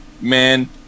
Man